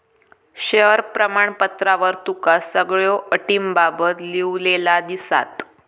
share प्रमाणपत्रावर तुका सगळ्यो अटींबाबत लिव्हलेला दिसात